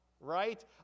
right